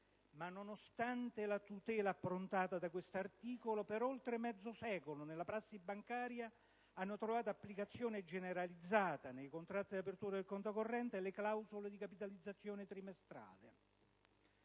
ma nonostante la tutela approntata dal citato articolo, per oltre mezzo secolo nella prassi bancaria italiana hanno trovato applicazione generalizzata nei contratti di apertura di conto corrente le clausole di capitalizzazione trimestrale